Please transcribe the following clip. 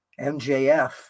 MJF